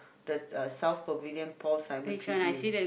the uh South Pavilion Paul-Simon Tribute